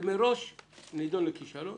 זה מראש נדון לכישלון.